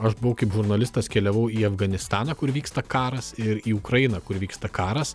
aš buvau kaip žurnalistas keliavau į afganistaną kur vyksta karas ir į ukrainą kur vyksta karas